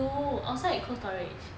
有 outside cold storage